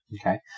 Okay